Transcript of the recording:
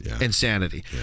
insanity